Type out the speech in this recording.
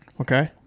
okay